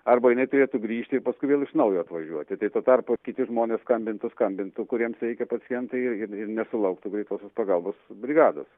arba jinai turėtų grįžti ir paskui vėl iš naujo atvažiuoti tai tuo tarpu kiti žmonės skambintų skambintų kuriems reikia pacientai ir ir ir nesulauktų greitosios pagalbos brigados